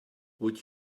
would